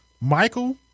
Michael